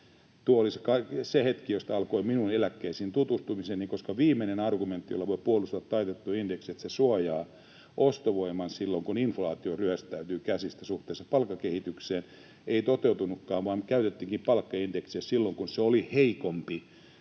Tuo oli se hetki, josta alkoi minun eläkkeisiin tutustumiseni, koska viimeinen argumentti, jolla voi puolustella taitettua indeksiä, että se suojaa ostovoiman silloin kun inflaatio ryöstäytyy käsistä suhteessa palkkakehitykseen, ei toteutunutkaan, vaan me käytettiinkin palkkaindeksiä silloin kun se oli heikompi